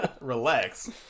Relax